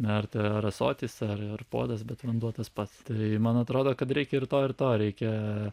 na ir tai ar ąsotis ar puodas bet vanduo tas pats tai man atrodo kad reikia ir to ir to reikia